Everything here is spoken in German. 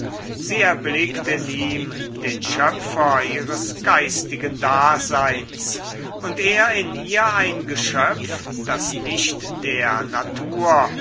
sie erblickt in ihm den schöpfer ihres geistigen daseins und er in ihr ein geschöpf das nicht der natur